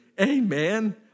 Amen